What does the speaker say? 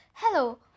Hello